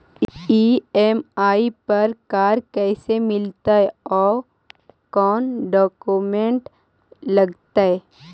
EMI पर car कैसे मिलतै औ कोन डाउकमेंट लगतै?